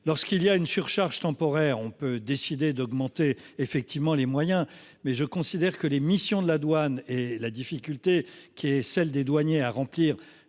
lorsqu'il y a une surcharge temporaire on peut décider d'augmenter effectivement les moyens mais je considère que les missions de la douane et la difficulté qui est celle des douaniers à remplir.